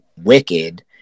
Wicked